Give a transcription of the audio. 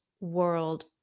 world